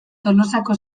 tolosako